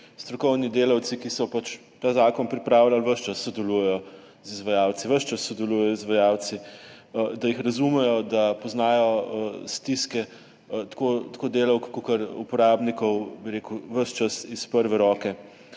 strokovni delavci, ki so pač ta zakon pripravljali, ves čas sodelujejo z izvajalci, da jih razumejo, da poznajo stiske tako delavk kakor uporabnikov, ves čas iz prve roke.